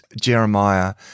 Jeremiah